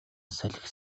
салхи